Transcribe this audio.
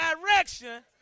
direction